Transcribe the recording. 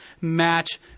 match